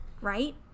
right